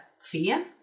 fear